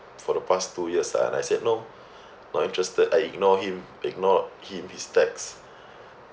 for the past two years ah and I said no not interested I ignore him ignored him his text